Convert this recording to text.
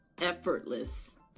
Effortless